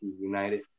United